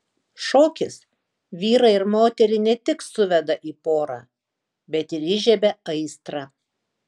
šokis vyrą ir moterį ne tik suveda į porą bet ir įžiebia aistrą